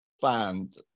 find